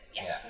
Yes